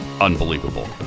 unbelievable